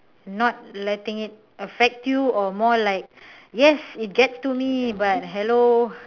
not letting it affect you or more like yes it gets to me but hello